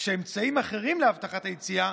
שאמצעים אחרים להבטחת היציאה,